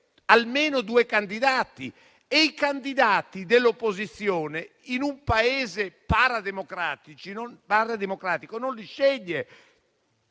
almeno due candidati, e i candidati dell'opposizione in un Paese parademocratico li sceglie